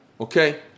Okay